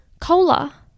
cola